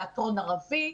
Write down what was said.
תיאטרון ערבי,